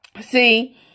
See